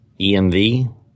EMV